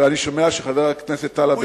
אני שומע שחבר הכנסת טלב אלסאנע,